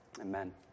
Amen